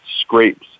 scrapes